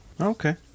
okay